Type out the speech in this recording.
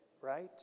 Right